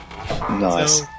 Nice